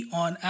on